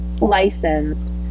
licensed